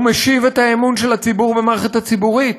הוא משיב את האמון של הציבור במערכת הציבורית,